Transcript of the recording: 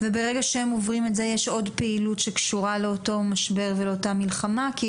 וברגע שהם עוברים את זה יש עוד פעילות שקשורה לאותו משבר ולאותה מלחמה,